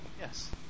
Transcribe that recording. Yes